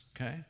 Okay